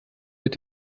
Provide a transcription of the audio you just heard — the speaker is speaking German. mit